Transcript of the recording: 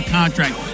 contract